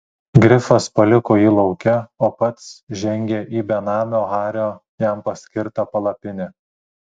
grifas paliko jį lauke o pats žengė į benamio hario jam paskirtą palapinę